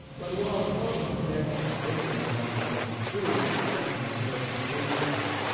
but while common-sense convinces us of the truth of kind interpretations,